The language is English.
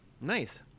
Nice